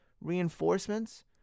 reinforcements